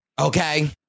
Okay